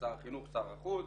שר החינוך ושר החוץ,